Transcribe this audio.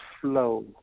flow